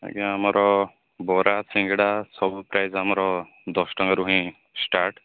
ଆଜ୍ଞା ଆମର ବରା ସିଙ୍ଗଡ଼ା ସବୁ ପ୍ରାୟ ଆମର ଦଶ ଟଙ୍କାରୁ ହିଁ ଷ୍ଟାର୍ଟ